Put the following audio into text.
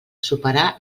superar